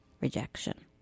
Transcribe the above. rejection